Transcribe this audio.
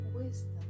wisdom